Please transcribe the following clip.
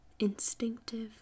instinctive